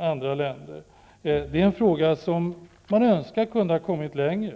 andra länder. Det är en fråga där man önskat att vi hade kommit längre.